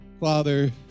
Father